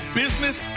business